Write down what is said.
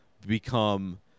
become